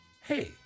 Hey